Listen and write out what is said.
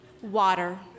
Water